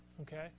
okay